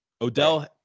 Odell